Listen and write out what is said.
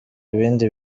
ibindi